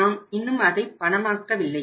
நாம் இன்னும் அதை பணமாக்கவில்லை